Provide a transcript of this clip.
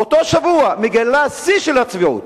באותו שבוע, מגלה שיא של צביעות.